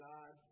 God